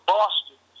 Boston